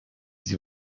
sie